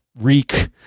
Reek